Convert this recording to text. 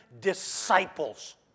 disciples